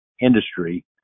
industry